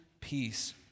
peace